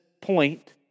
point